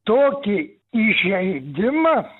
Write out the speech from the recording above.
tokį įžeidimą